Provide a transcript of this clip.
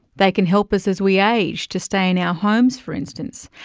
they can help us as we age to stay in our homes for instance,